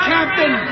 Captain